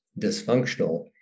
dysfunctional